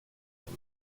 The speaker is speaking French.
dans